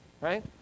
Right